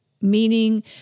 meaning